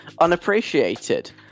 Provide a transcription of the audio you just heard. unappreciated